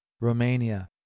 Romania